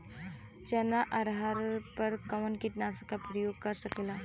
चना अरहर पर कवन कीटनाशक क प्रयोग कर जा सकेला?